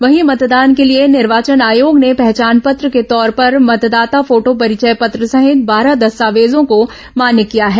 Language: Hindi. वहीं मतदान के लिए निर्वाचन आयोग ने पहचान पत्र के तौर पर मतदाता फोटो परिचय पत्र सहित बारह दस्तावेजों को मान्य किया है